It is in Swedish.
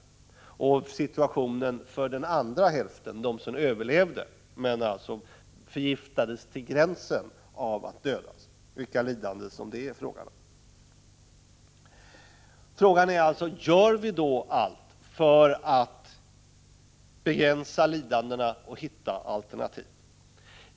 Och man också föreställa sig vilka lidanden det är frågan om för den andra hälften, för dem som överlevde men som alltså förgiftades till gränsen av att dödas. Frågan är alltså: Gör vi då allt för att begränsa lidandena och hitta alternativ?